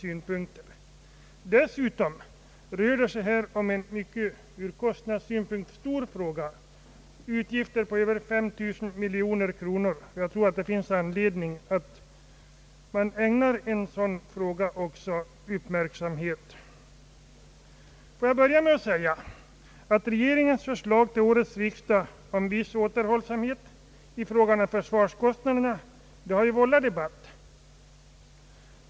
För övrigt rör det sig här om en ur kostnadssynpunkt stor fråga då det gäller utgifter på över 5 000 miljoner kronor. Det finns anledning att ägna en sådan fråga uppmärksamhet. Låt mig börja med att säga att regeringens förslag till årets riksdag om viss återhållsamhet i fråga om försvarskostnaderna har vållat debatt.